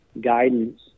guidance